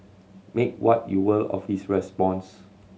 make what you will of his response